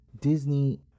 Disney